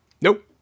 nope